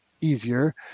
easier